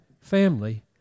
family